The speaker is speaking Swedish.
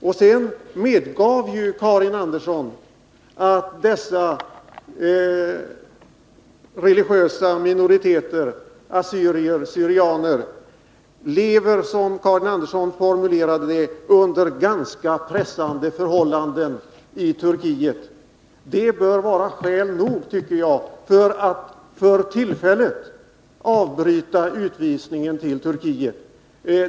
Karin Andersson medgav sedan att de religiösa minoriteter som assyrier/ syrianer utgör i Turkiet lever under ganska pressande förhållanden, som Karin Andersson uttryckte det. Det bör, tycker jag, vara skäl nog för att för tillfället avbryta utvisningarna till Turkiet.